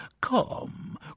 Come